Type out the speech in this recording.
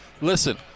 listen